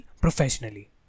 professionally